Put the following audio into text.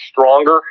stronger